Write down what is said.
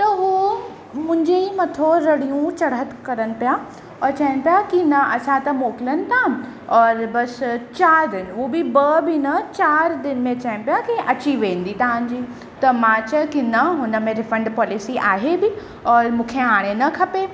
त उहो मुंहिंजी मथो रड़ियूं चढ़त करनि पिया और चइनि पिया कि न असां त मोकिलनि था और बसि चारि दिन उहो बि ॿ बि न चारि दिन में चइनि पिया कि अची वेंदी तव्हांजी त मां चयो कि न हुन में रिफंड पॉलिसी आहे बि और मूंखे हाणे न खपे